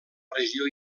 regió